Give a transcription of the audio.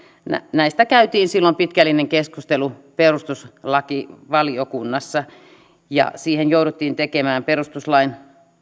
näistä käytiin silloin pitkällinen keskustelu perustuslakivaliokunnassa ja siihen jouduttiin tekemään perustuslain